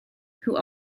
who